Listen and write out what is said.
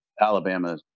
Alabama